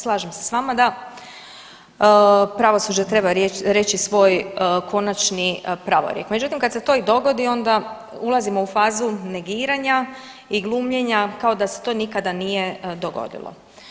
Slažem se s vama da, pravosuđe treba reći svoj konačni pravorijek, međutim kada se to i dogodi onda ulazimo u fazu negiranja i glumljenja kao da se to nikada nije dogodilo.